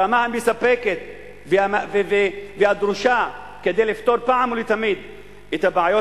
ברמה המספקת והדרושה כדי לפתור אחת ולתמיד את הבעיות